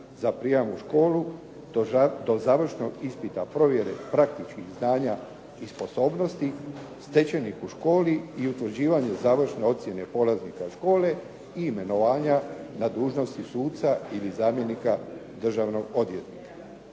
za prijam u školu do završnog ispita, provjere praktičkih znanja i sposobnosti stečenih u školi i utvrđivanje završne ocjene polaznika škole i imenovanja na dužnosti suca ili zamjenika državnog odvjetnika.